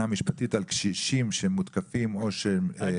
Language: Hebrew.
משפטית על קשישים שמותקפים או שמתעללים בהם.